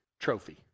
trophy